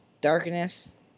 Darkness